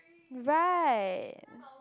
right